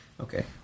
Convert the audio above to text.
Okay